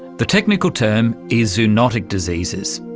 the technical term is zoonotic diseases.